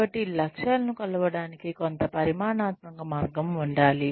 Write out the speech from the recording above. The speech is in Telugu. కాబట్టి లక్ష్యాలను కొలవడానికి కొంత పరిమాణాత్మక మార్గం ఉండాలి